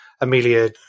Amelia